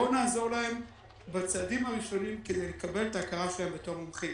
בואו נעזור להם בצעדים הראשונים כדי לקבל את ההכרה שלהם בתור מומחים.